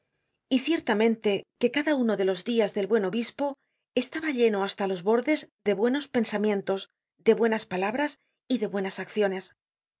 y ciertamente que cada uno de los dias del buen obispo estaba lleno hasta los bordes de buenos pensamientos de buenas palabras y de buenas acciones